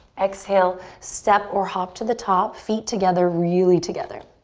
exhale, step or hop to the top. feet together, really together.